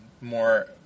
more